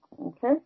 Okay